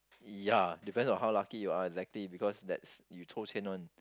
ya depends on how lucky you are exactly because that's you 抽检 one